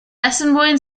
assiniboine